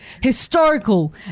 historical